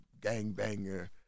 gangbanger